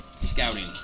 scouting